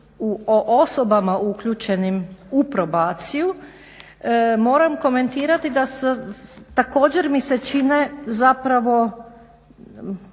osobama uključenim u probaciju moram komentirati da također mi se čine zapravo